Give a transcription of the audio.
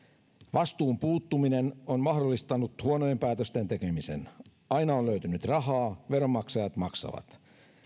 vastuun puuttuminen on mahdollistanut huonojen päätösten tekemisen aina on löytynyt rahaa veronmaksajat maksavat